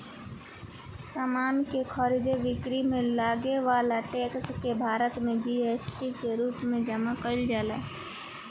समान के खरीद बिक्री में लागे वाला टैक्स के भारत में जी.एस.टी के रूप में जमा कईल जाला